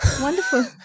Wonderful